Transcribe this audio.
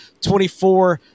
24